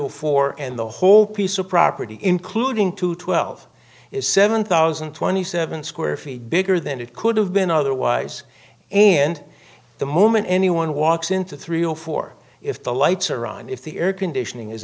or four and the whole piece of property including two twelve is seven thousand and twenty seven square feet bigger than it could have been otherwise and the moment anyone walks into three or four if the lights are on if the air conditioning is